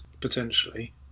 potentially